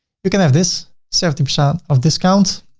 you can have this seventy percent of discount